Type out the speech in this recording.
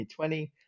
2020